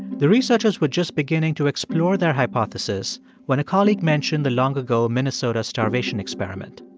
the researchers were just beginning to explore their hypothesis when a colleague mentioned the long-ago minnesota starvation experiment.